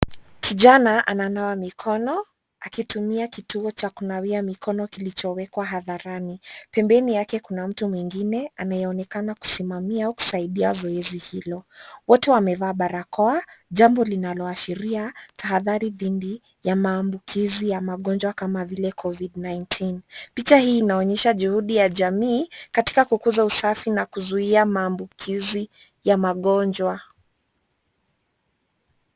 Kijana ananawa mikono akitumia kituo cha kunawia mikono kilichowekwa hadharani. Pembeni yake kuna mtu mwingine anayeonekana kusimamia kusaidia zoezi hilo. Wote wamevaa barakoa, jambo linaloashiria tahadhari dhidi ya maambukizi ya magonjwa kama vile covid-19 . Picha hii inaonyesha juhudi ya jamii, katika kukuza usafi na kuzuia mambukizi ya magonjwa.